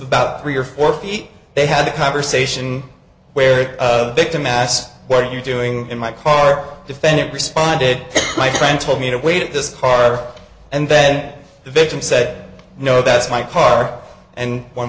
about three or four feet they had a conversation where a victim asked what are you doing in my car defendant responded my friend told me to wait at this car and then the victim said no that's my car and one